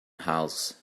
house